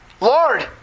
Lord